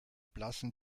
blassen